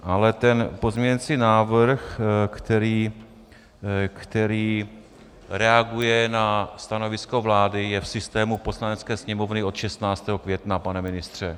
Ale ten pozměňovací návrh, který reaguje na stanovisko vlády, je v systému Poslanecké sněmovny od 16. května, pane ministře.